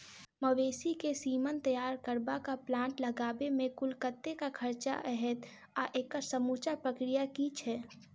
मवेसी केँ सीमन तैयार करबाक प्लांट लगाबै मे कुल कतेक खर्चा हएत आ एकड़ समूचा प्रक्रिया की छैक?